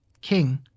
king